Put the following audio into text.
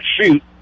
shoot